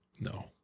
No